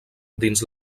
dins